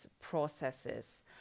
processes